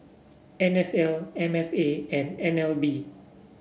N S L M F A and N L B